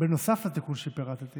בנוסף לתיקון שפירטתי